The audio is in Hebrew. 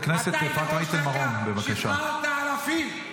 אתה היית ראש אכ"א, שחררת אלפים.